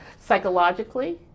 Psychologically